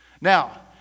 Now